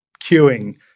queuing